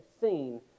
seen